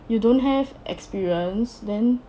you don't have experience then